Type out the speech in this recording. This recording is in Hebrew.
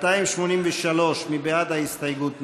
283, מי בעד ההסתייגות?